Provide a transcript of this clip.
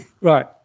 right